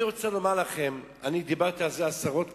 אני רוצה לומר לכם, אני דיברתי על זה עשרות פעמים,